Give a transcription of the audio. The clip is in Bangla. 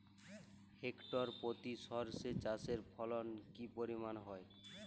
হেক্টর প্রতি সর্ষে চাষের ফলন কি পরিমাণ হয়?